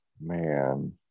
man